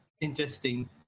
Interesting